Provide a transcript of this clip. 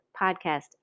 Podcast